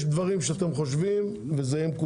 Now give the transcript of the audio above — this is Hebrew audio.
אם יש דברים שאתם חושבים, וזה יהיה מקובל.